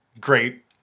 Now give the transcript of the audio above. great